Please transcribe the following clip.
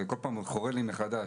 כל פעם זה חורה לי מחדש.